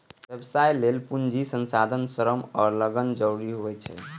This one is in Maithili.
व्यवसाय लेल पूंजी, संसाधन, श्रम आ लगन जरूरी होइ छै